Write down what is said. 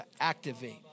Activate